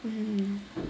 mm